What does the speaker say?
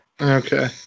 Okay